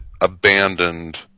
abandoned